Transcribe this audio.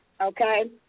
okay